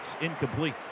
incomplete